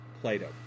Plato